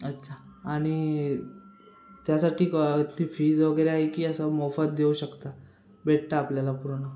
अच्छा आणि त्यासाठी क ती फीज वगैरे आहे की असं मोफत देऊ शकता भेटतं आपल्याला पूर्ण